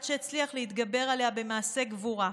רק שהצליח להתגבר עליה במעשה גבורה,